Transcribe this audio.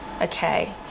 Okay